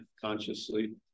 consciously